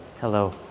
Hello